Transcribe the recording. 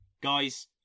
Guys